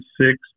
six